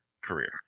career